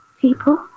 People